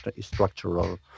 structural